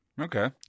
Okay